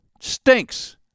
Stinks